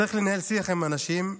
צריך לנהל שיח עם האנשים,